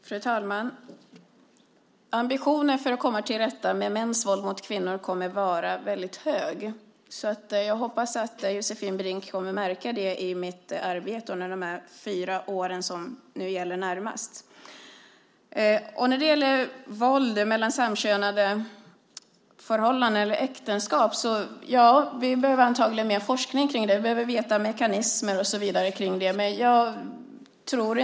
Fru talman! Ambitionen att komma till rätta med mäns våld mot kvinnor kommer att vara hög. Jag hoppas att Josefin Brink kommer att märka det i mitt arbete under de kommande fyra åren. Våld i samkönade förhållanden - eller äktenskap - behöver vi antagligen mer forskning om. Vi behöver veta vilka mekanismer som verkar i det och så vidare.